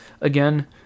again